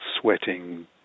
sweating